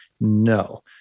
No